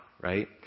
right